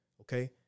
Okay